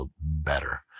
better